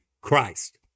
Christ